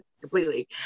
completely